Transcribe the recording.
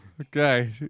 Okay